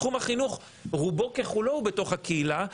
תחום החינוך רובו ככולו הוא בתוך הקהילה,